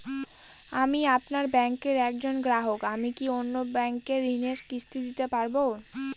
আমি আপনার ব্যাঙ্কের একজন গ্রাহক আমি কি অন্য ব্যাঙ্কে ঋণের কিস্তি দিতে পারবো?